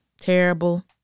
terrible